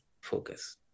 focus